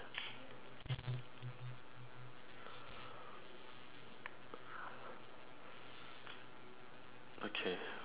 okay